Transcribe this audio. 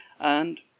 And